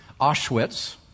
Auschwitz